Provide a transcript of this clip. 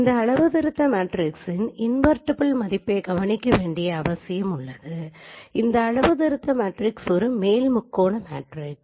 இந்த அளவுத்திருத்த மேட்ரிக்ஸின் இன்வெர்ட்டிபிள் மதிப்பை கவனிக்க வேண்டிய அவசியம் உள்ளது இந்த அளவுத்திருத்த மேட்ரிக்ஸ் ஒரு மேல் முக்கோண மேட்ரிக்ஸ்